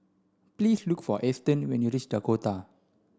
please look for Easton when you reach Dakota